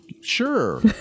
sure